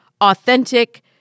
authentic